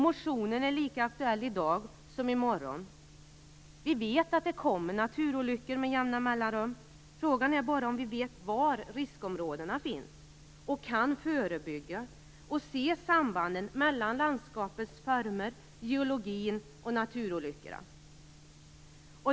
Motionen är lika aktuell i dag som i morgon. Vi vet att det kommer naturolyckor med jämna mellanrum. Frågan är bara om vi vet var riskområdena finns och om vi kan förebygga och se sambanden mellan landskapets former, geologin och naturolyckorna.